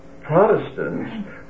Protestants